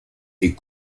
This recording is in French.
est